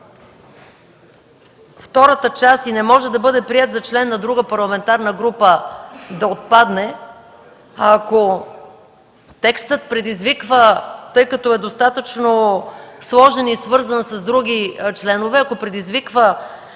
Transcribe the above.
втората част – „и не може да бъде приет за член на друга парламентарна група”, да отпадне. Ако текстът предизвиква, тъй като е достатъчно сложен и е свързан с други членове, неяснота